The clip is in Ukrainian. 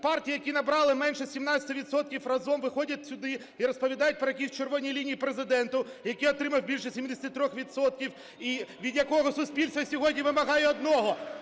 партії, які набрали менше 17 відсотків, разом виходять сюди і розповідають про якісь червоні лінії Президенту, який отримав більші 73 відсотків, від якого суспільство сьогодні вимагає одного